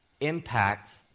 impact